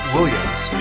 Williams